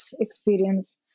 experience